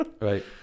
Right